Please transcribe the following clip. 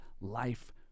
life